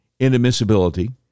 inadmissibility